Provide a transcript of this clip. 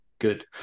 good